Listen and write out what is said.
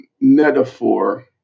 metaphor